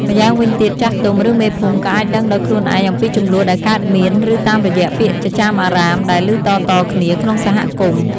ម្យ៉ាងវិញទៀត ចាស់ទុំ ឬមេភូមិក៏អាចដឹងដោយខ្លួនឯងអំពីជម្លោះដែលកើតមាន ឬតាមរយៈពាក្យចចាមអារ៉ាមដែលឮតៗគ្នាក្នុងសហគមន៍។